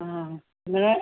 ആ അങ്ങനെ